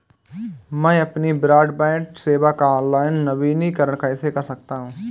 मैं अपनी ब्रॉडबैंड सेवा का ऑनलाइन नवीनीकरण कैसे कर सकता हूं?